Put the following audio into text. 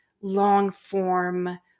long-form